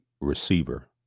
receiver